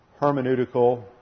hermeneutical